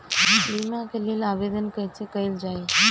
बीमा के लेल आवेदन कैसे कयील जाइ?